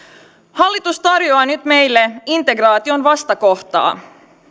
hallitus tarjoaa nyt meille integraation vastakohtaa